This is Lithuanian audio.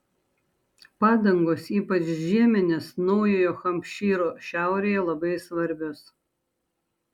padangos ypač žieminės naujojo hampšyro šiaurėje labai svarbios